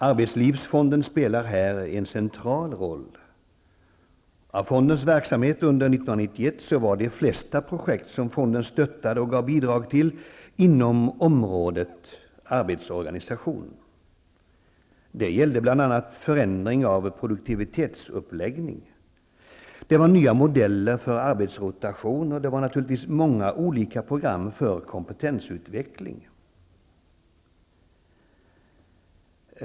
Arbetslivsfonden spelar här en central roll. Av fondens verksamhet under 1991 var de flesta projekt som fonden stöttade och gav bidrag till inom området arbetsorganisation. Det gällde bl.a. förändring av produktionsuppläggning. Det var nya modeller för arbetsrotation och det var naturligtvis många olika program för kompetensutveckling.